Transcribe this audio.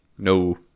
No